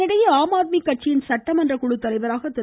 இதனிடையே ஆம்ஆத்மி கட்சியின் சட்டமன்ற குழு தலைவராக திரு